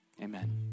Amen